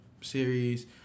series